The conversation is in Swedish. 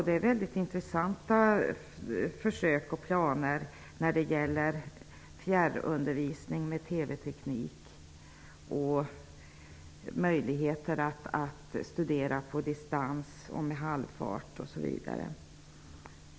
Det är väldigt intressanta planer med fjärrundervisning med TV teknik och möjligheter att studera på distans, på halvfart osv.